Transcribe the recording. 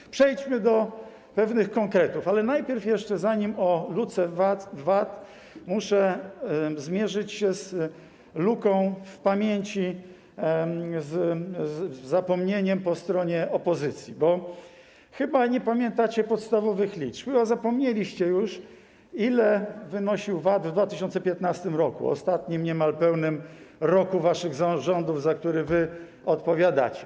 Więc przejdźmy do pewnych konkretów, ale najpierw jeszcze zanim o luce w VAT, muszę zmierzyć się z luką w pamięci, z zapomnieniem po stronie opozycji, bo chyba nie pamiętacie podstawowych liczb, chyba zapomnieliście już, ile wynosił VAT w 2015 r., ostatnim niemal pełnym roku waszych rządów, za który wy odpowiadacie.